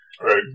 Right